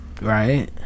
right